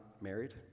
married